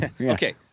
Okay